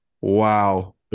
Wow